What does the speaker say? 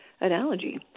analogy